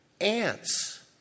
Ants